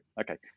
Okay